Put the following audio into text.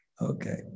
Okay